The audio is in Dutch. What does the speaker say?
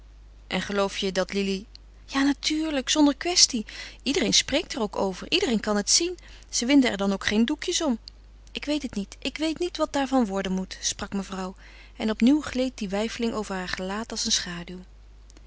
en geloof je dat lili ja natuurlijk zonder kwestie iedereen spreekt er ook over iedereen kan het zien ze winden er dan ook geen doekjes om ik weet het niet ik weet niet wat daarvan worden moet sprak mevrouw en opnieuw gleed die weifeling over haar gelaat als een schaduw